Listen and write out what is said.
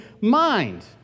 mind